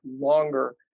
longer